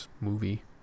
movie